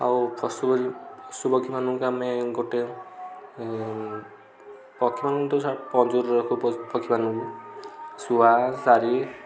ଆଉ ପଶୁପକ୍ଷୀମାନଙ୍କୁ ଆମେ ଗୋଟେ ପକ୍ଷୀମାନଙ୍କୁ ତ ଛା ପଞ୍ଜୁରୀରେ ରଖୁ ପଶୁପକ୍ଷୀମାନଙ୍କୁ ଶୁଆ ଶାରୀ